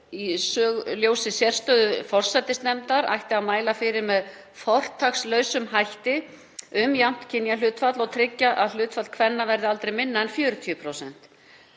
að í ljósi sérstöðu forsætisnefndar ætti að mæla með fortakslausum hætti fyrir jöfnu kynjahlutfalli og tryggja að hlutfall kvenna yrði aldrei minna en 40%.